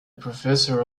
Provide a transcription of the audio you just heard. professor